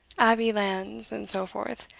abbey lands, and so forth,